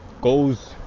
goes